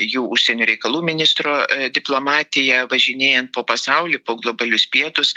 jų užsienio reikalų ministro diplomatiją važinėjant po pasaulį po globalius pietus